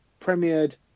premiered